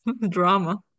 drama